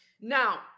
now